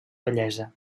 bellesa